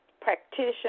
practitioner